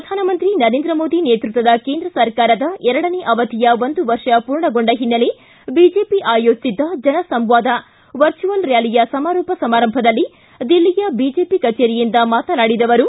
ಪ್ರಧಾನಮಂತ್ರಿ ನರೇಂದ್ರ ಮೋದಿ ನೇತೃತ್ವದ ಕೇಂದ್ರ ಸರ್ಕಾರದ ಎರಡನೇ ಅವಧಿಯ ಒಂದು ವರ್ಷ ಪೂರ್ಣಗೊಂಡ ಹಿನ್ನೆಲೆ ಬಿಜೆಪಿ ಆಯೋಜಿಸಿದ್ದ ಜನಸಂವಾದ ವರ್ಚುವಲ್ ರ್ಡಾಲಿಯ ಸಮಾರೋಪ ಸಮಾರಂಭದಲ್ಲಿ ದಿಲ್ಲಿಯ ಬಿಜೆಪಿ ಕಚೇರಿಯಿಂದ ಮಾತನಾಡಿದ ಅವರು